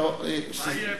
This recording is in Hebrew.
כיסאות,